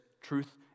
truth